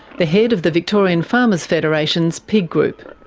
the head of the victorian farmers federation's pig group.